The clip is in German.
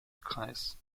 kreis